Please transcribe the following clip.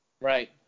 Right